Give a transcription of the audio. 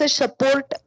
support